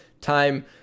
time